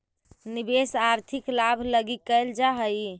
निवेश आर्थिक लाभ लगी कैल जा हई